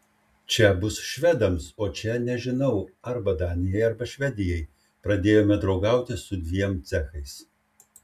čia bus švedams o čia nežinau arba danijai arba švedijai pradėjome draugauti su dviem cechais